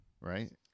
right